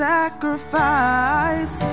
sacrifice